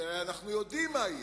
כי הרי אנחנו יודעים מה יהיה.